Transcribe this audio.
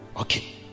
okay